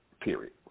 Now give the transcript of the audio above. period